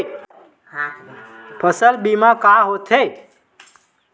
फसल बीमा का होथे?